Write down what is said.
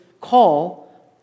call